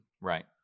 Right